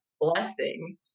blessing